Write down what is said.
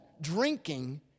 drinking